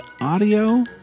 audio